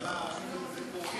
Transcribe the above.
הם יחליטו אם זה הולך לוועדת הכנסת,